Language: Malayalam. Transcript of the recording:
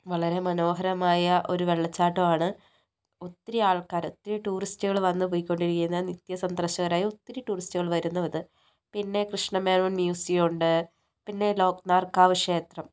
വളരെ മനോഹരമായ ഒരു വെള്ളച്ചാട്ടമാണ് ഒത്തിരി ആൾക്കാർ ഒത്തിരി ടൂറിസ്റ്റുകൾ വന്നു പൊയ്ക്കൊണ്ടിരിക്കുന്ന നിത്യ സന്ദർശകരായ ഒത്തിരി ടൂറിസ്റ്റുകൾ വരുന്നത് പിന്നെ കൃഷ്ണമേനോൻ മ്യൂസിയമുണ്ട് പിന്നെ ലോകനാർക്കാവ് ക്ഷേത്രം